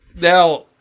Now